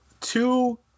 two